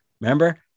Remember